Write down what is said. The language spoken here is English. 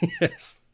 yes